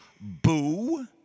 boo